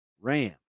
Ram